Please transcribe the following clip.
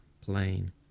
plane